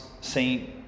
Saint